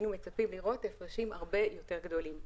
היינו מצפים לראות הפרשים הרבה יותר גדולים.